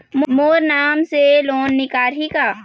मोर नाम से लोन निकारिही का?